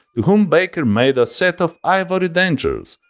to whom baker made a set of ivory dentures.